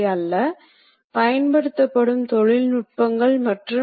ஏனெனில் இங்கே பயன்படுத்தப்படும் கட்டுப்பாடுகள் அதிநவீனமானது